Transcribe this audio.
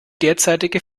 derzeitige